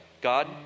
God